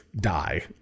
die